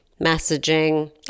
messaging